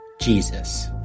Jesus